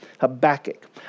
Habakkuk